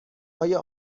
آیا